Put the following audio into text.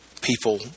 people